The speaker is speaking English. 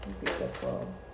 Beautiful